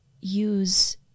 use